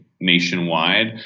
nationwide